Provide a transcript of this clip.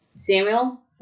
Samuel